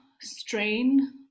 strain